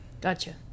Gotcha